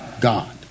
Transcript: God